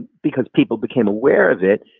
because people became aware of it,